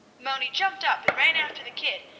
moni jumped up and ran after the kid,